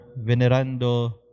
Venerando